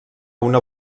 una